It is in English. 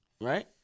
right